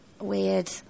Weird